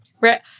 Right